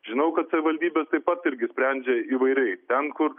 žinau kad savivaldybė taip pat irgi sprendžia įvairiai ten kur